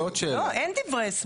לא, אין דברי הסבר.